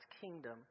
kingdom